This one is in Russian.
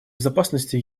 безопасности